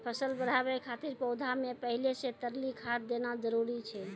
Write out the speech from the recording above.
फसल बढ़ाबै खातिर पौधा मे पहिले से तरली खाद देना जरूरी छै?